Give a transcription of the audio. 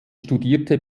studierte